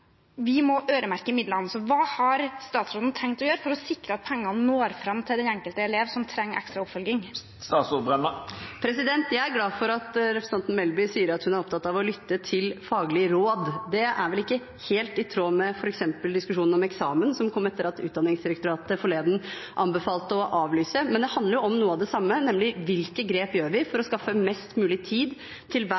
Vi må øremerke midlene. Hva har statsråden tenkt å gjøre for å sikre at pengene når fram til den enkelte elev som trenger ekstra oppfølging? Jeg er glad for at representanten Melby sier at hun er opptatt av å lytte til faglige råd. Det er vel ikke helt i tråd med f.eks. diskusjonen om eksamen, som kom etter at Utdanningsdirektoratet forleden anbefalte å avlyse. Men det handler om noe av det samme, nemlig hvilke grep vi gjør for å